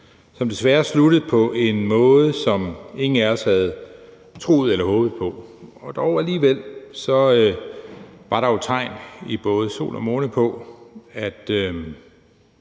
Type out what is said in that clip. som desværre sluttede på en måde, som ingen af os havde troet eller håbet på – og dog alligevel; så var der jo tegn i både sol og måne på, at